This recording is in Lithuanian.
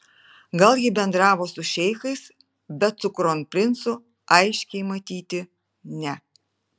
gal ji bendravo su šeichais bet su kronprincu aiškiai matyti ne